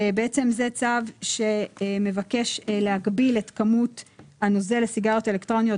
זה צו שמבקש להגביל את כמות הנוזל לסיגריות אלקטרוניות